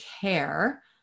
care